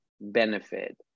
benefit